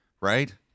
right